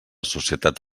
societat